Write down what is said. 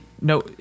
No